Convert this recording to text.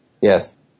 Yes